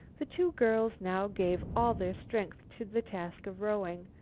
the two girls now gave all their strength to the task of rowing.